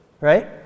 right